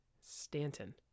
Stanton